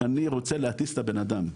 אני רוצה להטיס את הבנאדם,